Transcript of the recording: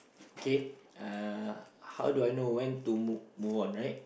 okay uh how do I know when to when to move move on right